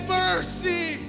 mercy